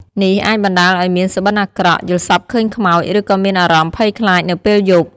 នេះអាចបណ្ដាលឱ្យមាន សុបិន្តអាក្រក់ យល់សប្ដិឃើញខ្មោច ឬក៏មានអារម្មណ៍ភ័យខ្លាចនៅពេលយប់។